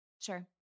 Sure